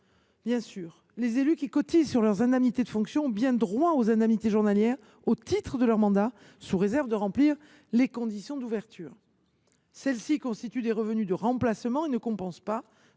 d’enfant. Les élus qui cotisent sur leurs indemnités de fonction ont bien droit aux indemnités journalières au titre de leur mandat sous réserve de remplir les conditions d’ouverture. Celles ci constituent des revenus de remplacement et ne compensent pas,